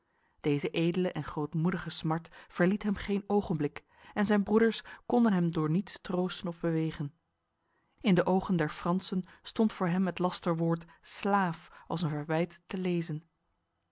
deze edele en grootmoedige smart verliet hem geen ogenblik en zijn broeders konden hem door niets troosten of bewegen in de ogen der fransen stond voor hem het lasterwoord slaaf als een verwijt te lezen